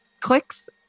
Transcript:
clicks